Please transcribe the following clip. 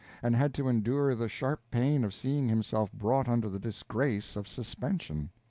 and had to endure the sharp pain of seeing himself brought under the disgrace of suspension.